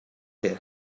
here